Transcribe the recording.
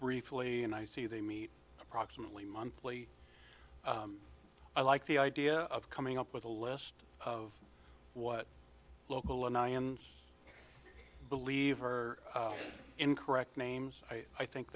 briefly and i see they meet approximately monthly i like the idea of coming up with a list of what i am believe are incorrect names i think